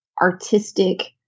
artistic